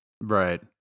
Right